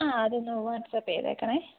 ആ അതൊന്ന് വാട്സാപ്പ് ചെയ്തേക്കണേ